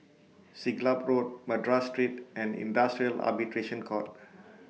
Siglap Road Madras Street and Industrial Arbitration Court